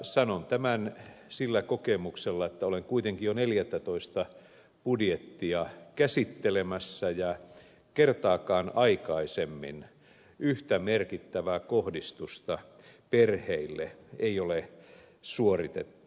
sanon tämän sillä kokemuksella että olen kuitenkin jo neljättätoista budjettia käsittelemässä ja kertaakaan aikaisemmin yhtä merkittävää kohdistusta perheille ei ole suoritettu